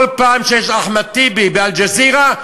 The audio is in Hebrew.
כל פעם שיש אחמד טיבי ב"אל-ג'זירה",